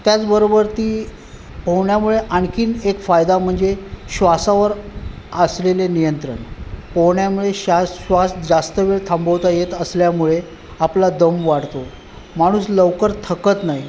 त्याचबरोबर ती पोहण्यामुळे आणखीन एक फायदा म्हणजे श्वासावर असलेले नियंत्रण पोहण्यामुळे शास श्वास जास्त वेळ थांबवता येत असल्यामुळे आपला दम वाढतो माणूस लवकर थकत नाही